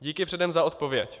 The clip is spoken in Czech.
Díky předem za odpověď.